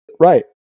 right